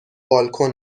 بالکن